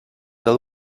del